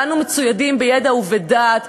באנו מצוידים בידע ובדעת,